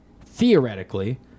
theoretically